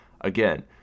again